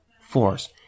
force